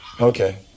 Okay